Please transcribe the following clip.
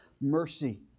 Mercy